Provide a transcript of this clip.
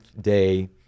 day